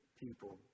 people